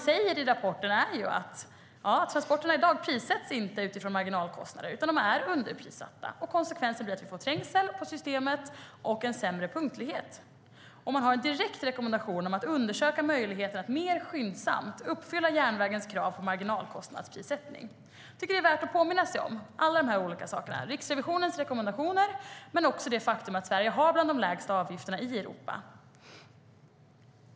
I rapporten framgår att transporterna i dag prissätts inte utifrån marginalkostnader, utan de är underprissatta. Konsekvenserna är att det blir trängsel i systemet och en sämre punktlighet. Det ges en direkt rekommendation om att undersöka möjligheten att mer skyndsamt uppfylla järnvägens krav på marginalkostnadsprissättning. Det är värt att påminna sig om alla dessa saker, det vill säga Riksrevisionens rekommendationer och det faktum att Sverige har bland de lägsta avgifterna i Europa.